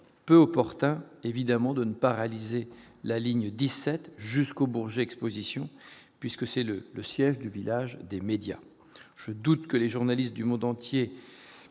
peu opportun évidemment de ne pas réaliser la ligne 17 jusqu'au Bourget, Exposition, puisque c'est le le siège du village des médias, je doute que les journalistes du monde entier